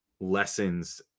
lessons